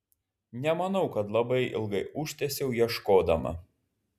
nemanau kad labai ilgai užtęsiau ieškodama